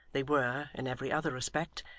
they were, in every other respect,